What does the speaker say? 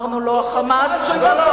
ואמרנו: ה"חמאס" זאת תוצאה של מה שעשיתם,